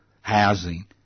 housing